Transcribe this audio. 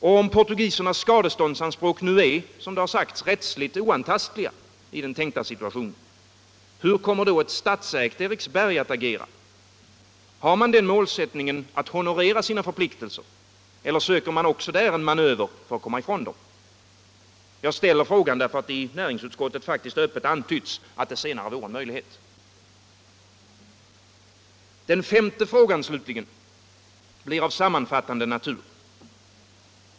Och om portugisernas skadeståndsanspråk är, som det sagts, rättsligt oantastliga i den tänkta situationen, hur kommer ett statsägt Eriksberg att agera? Har man den målsättningen att honorera sina förpliktelser eller söker man också där en manöver för att komma ifrån dem? Jag ställer frågan därför att det i näringsutskottet faktiskt öppet antytts att det senare vore en möjlighet. Den femte frågan, slutligen, blir av sammanfattande natur.